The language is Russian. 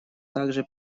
также